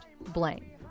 blame